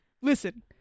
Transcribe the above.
Listen